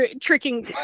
tricking